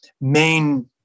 main